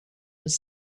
was